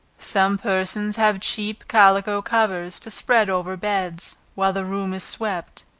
some persons have cheap calico covers, to spread over beds, while the room is swept,